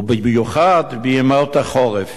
ובמיוחד בימות החורף.